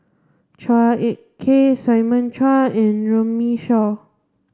Chua Ek Kay Simon Chua and Runme Shaw